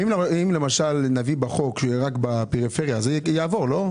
זה מחדל לאורך שנים.